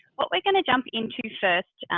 what we're going jump into first,